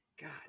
god